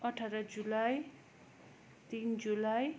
अठार जुलाई तिन जुलाई